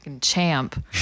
champ